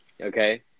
Okay